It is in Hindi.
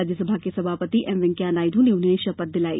राज्यसभा के सभापति एम वैंकैया नायडू ने उन्हें शपथ दिलाई